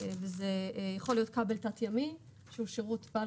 זה יכול להיות כבל תת ימי שהוא שירות בעל